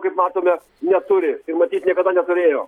kaip matome neturi matyt niekada neturėjo